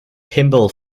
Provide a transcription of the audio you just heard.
pinball